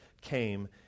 came